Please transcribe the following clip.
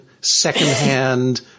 second-hand